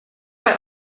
bei